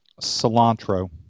cilantro